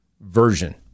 version